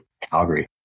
Calgary